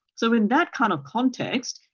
so in that kind of context,